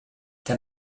der